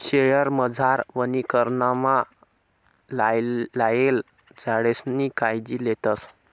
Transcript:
शयेरमझार वनीकरणमा लायेल झाडेसनी कायजी लेतस